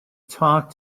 talk